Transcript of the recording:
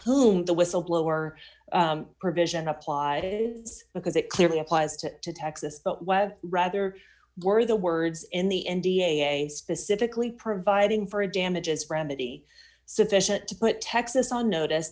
whom the whistleblower provision applied it's because it clearly applies to texas rather were the words in the n d a specifically providing for a damages remedy sufficient to put texas on notice